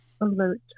alert